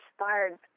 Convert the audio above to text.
inspired